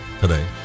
today